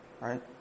Right